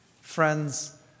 Friends